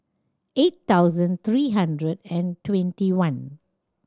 eight thousand three hundred and twenty one